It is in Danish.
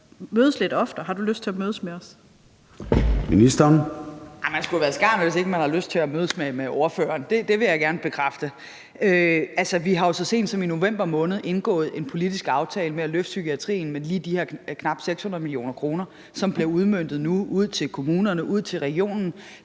Indenrigs- og sundhedsministeren (Sophie Løhde): Man skulle da være et skarn, hvis ikke man har lyst til at mødes med ordføreren. Det vil jeg gerne bekræfte. Altså, vi har jo så sent som i november måned indgået en politisk aftale om at løfte psykiatrien med lige de her knap 600 mio. kr., som nu bliver udmøntet ud til kommunerne og ud til regionen,